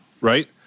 Right